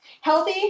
healthy